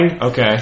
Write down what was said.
Okay